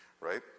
Right